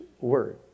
word